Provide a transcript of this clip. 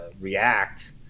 react